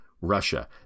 Russia